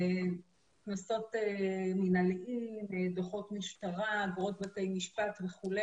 קנסות מינהליים, דוחות משטרה, אגרות בתי משפט וכו'